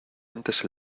antes